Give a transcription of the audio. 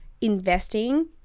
investing